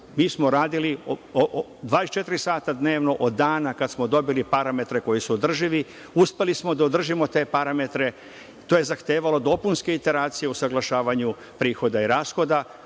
Mi smo radili 24 sata dnevno od dana kad smo dobili parametre koji su održivi. Uspeli smo da održimo te parametre. To je zahtevalo dopunske iteracije u usaglašavanju prihoda i rashoda,